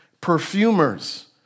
Perfumers